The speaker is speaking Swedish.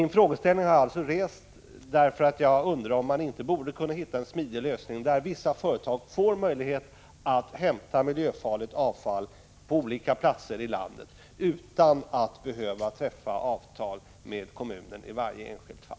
Frågeställningen har alltså rests därför att jag har undrat om man inte borde kunna hitta en smidig lösning, som gör det möjligt för vissa företag att hämta miljöfarligt avfall på olika platser i landet utan att i varje enskilt fall behöva träffa avtal med kommunen.